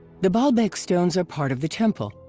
the baalbek stones are part of the temple.